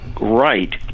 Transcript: right